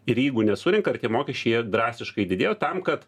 ir jeigu nesurenka mokesčiai jie drastiškai didėja tam kad